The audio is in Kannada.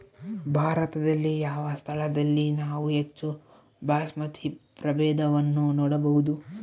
ಭಾರತದಲ್ಲಿ ಯಾವ ಸ್ಥಳದಲ್ಲಿ ನಾವು ಹೆಚ್ಚು ಬಾಸ್ಮತಿ ಪ್ರಭೇದವನ್ನು ನೋಡಬಹುದು?